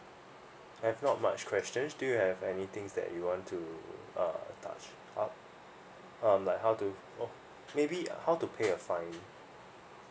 I've not much questions do you have any things that you want to uh touch up like how to uh maybe how to pay a fine